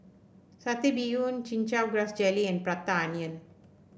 satay bee yoon Chin Chow Grass Jelly and Prata Onion